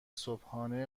صبحانه